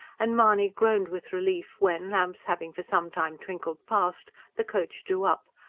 and mahony groaned with relief when, lamps having for some time twinkled past, the coach drew up,